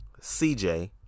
CJ